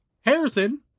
Harrison